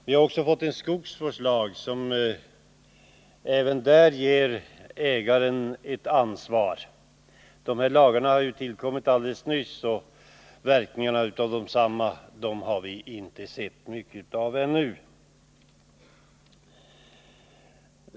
Även skogsvårdslagen innebär ett utökat ansvar för markägaren. Dessa lagar har emellertid tillkommit helt nyligen, och verkningarna av desamma har vi inte sett så mycket av ännu.